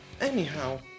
Anyhow